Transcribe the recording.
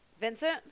Vincent